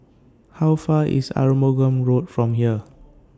How Far away IS Arumugam Road from here